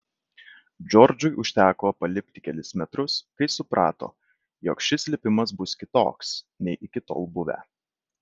džordžui užteko palipti kelis metrus kai suprato jog šis lipimas bus kitoks nei iki tol buvę